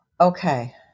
okay